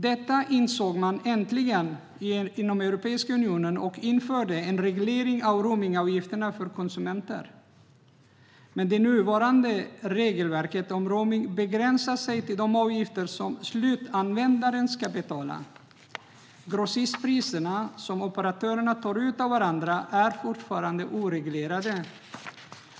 Detta insåg man äntligen inom Europeiska unionen, och man införde en reglering av roamingavgifterna för konsumenter. Men det nuvarande regelverket gällande roaming begränsar sig till de avgifter som slutanvändaren ska betala. Grossistpriserna som operatörerna tar ut av varandra är fortfarande oreglerade.